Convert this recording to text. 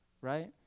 right